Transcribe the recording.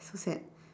so sad